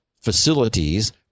facilities